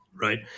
right